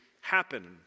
happen